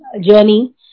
journey